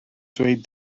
dweud